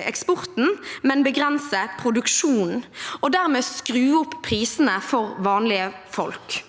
eksporten, men begrense produksjonen og dermed skru opp prisene for vanlige folk.